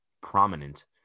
prominent